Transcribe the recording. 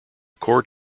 court